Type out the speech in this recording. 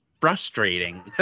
frustrating